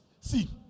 See